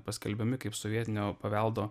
paskelbiami kaip sovietinio paveldo